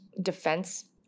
defense